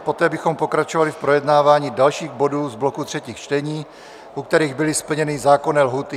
Poté bychom pokračovali v projednávání dalších bodů z bloku třetích čtení, u kterých byly splněny zákonné lhůty.